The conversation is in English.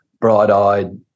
bright-eyed